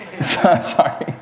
Sorry